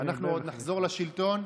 אנחנו עוד נחזור לשלטון,